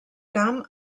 camp